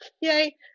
yay